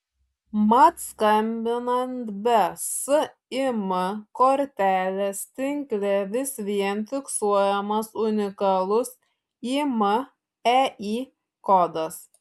mat skambinant be sim kortelės tinkle vis vien fiksuojamas unikalus imei kodas